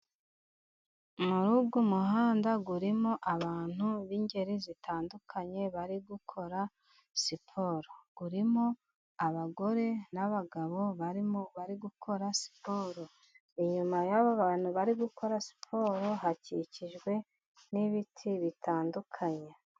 Muri uyu muhanda, urimo abantu b'ingeri zitandukanye, bari gukora siporo. Urimo abagore n'abagabo, barimo bari gukora siporo. Inyuma y’aba bantu bari gukora siporo, hakikijwe n’ibiti bitandukanye.